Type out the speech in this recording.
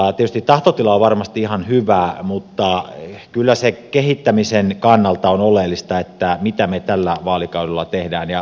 tietysti tahtotila on varmasti ihan hyvä mutta kyllä se kehittämisen kannalta on oleellista mitä me tällä vaalikaudella teemme